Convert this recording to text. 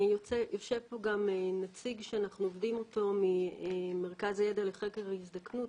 יושב פה גם נציג שאנחנו עובדים איתו ממרכז הידע לחקר ההזדקנות,